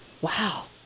Wow